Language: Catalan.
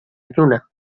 lluna